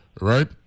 right